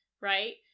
right